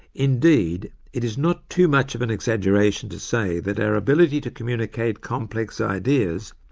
indeed, it is not too much of an exaggeration to say that our ability to communicate complex ideas,